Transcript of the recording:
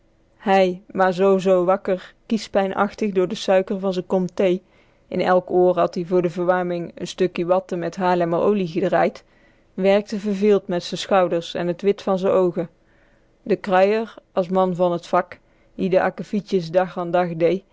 hij maar zoo-zoo wakker kies suiker van z'n kom thee in elk oor had-ie voor pijnachtgdore de verwarming n stukkie watten met haarlemmerolie gedraaid werkte verveeld met z'n schouders en t wit van z'n oogen de kruier as man van t vak die de akkevietjes dag an dag